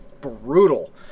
brutal